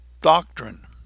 doctrine